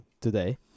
today